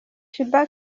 sheebah